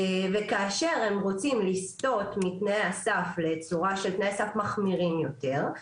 כאשר הרשויות רוצות לסטות מתנאי הסף לצורה של תנאי סף מחמירים יותר,